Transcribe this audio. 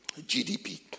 GDP